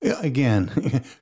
Again